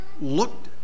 looked